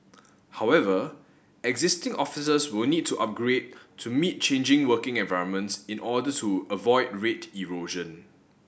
however existing offices will need to upgrade to meet changing working requirements in order to avoid rate erosion